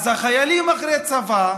אז החיילים אחרי צבא